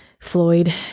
Floyd